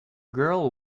girl